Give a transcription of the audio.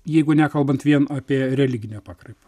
jeigu nekalbant vien apie religinę pakraipą